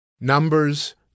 Numbers